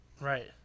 Right